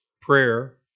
prayer